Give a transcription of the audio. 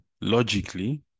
logically